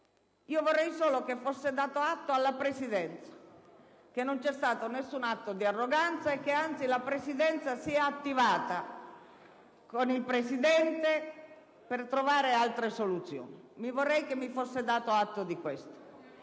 io vorrei solo che fosse dato atto alla Presidenza che non c'è stato nessun atto di arroganza e che, anzi, la Presidenza si è attivata, con il presidente, per trovare altre soluzioni. Vorrei che mi fosse dato atto di questo.